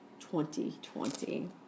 2020